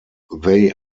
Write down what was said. they